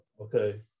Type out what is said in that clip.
okay